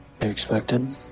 expected